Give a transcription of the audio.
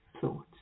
thoughts